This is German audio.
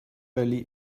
valley